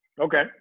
Okay